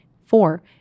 Four